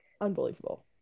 Unbelievable